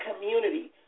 community